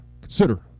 Consider